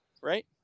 right